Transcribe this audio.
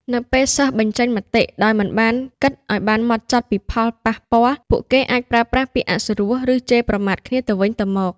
នៅពេលសិស្សបញ្ចេញមតិដោយមិនគិតឲ្យបានហ្មត់ចត់ពីផលប៉ះពាល់ ពួកគេអាចប្រើប្រាស់ ពាក្យអសុរោះ ឬ ជេរប្រមាថគ្នាទៅវិញទៅមក។